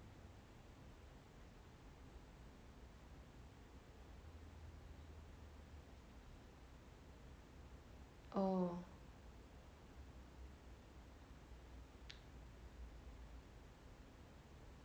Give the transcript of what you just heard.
oh